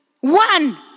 one